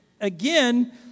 again